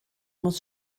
muss